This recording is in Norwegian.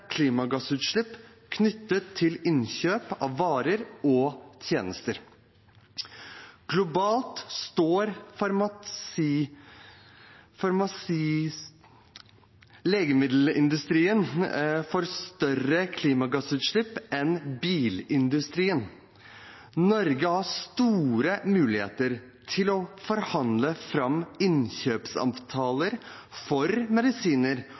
klimagassutslipp knyttet til innkjøp av varer og tjenester. Globalt står legemiddelindustrien for større klimagassutslipp enn bilindustrien. Norge har store muligheter til å forhandle fram innkjøpsavtaler for medisiner